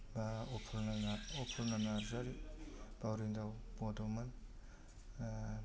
बा अपुर्ना नार्जारी बावरिंदाव बड'मोन